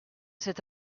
cet